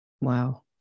Wow